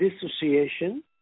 dissociation